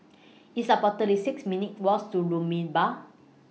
It's about thirty six minutes' Walks to Rumbia